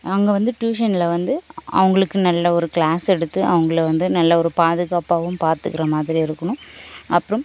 அங்கே வந்து டியூஷனில் வந்து அவர்களுக்கு நல்ல ஒரு கிளாஸ் எடுத்து அவங்களை வந்து நல்ல ஒரு பாதுகாப்பாகவும் பார்த்துக்குற மாதிரி இருக்கணும் அப்புறம்